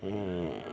नहि